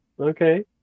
Okay